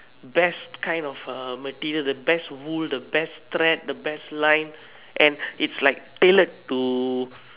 best kind of material the best wool the best tread the best line and its like tailored to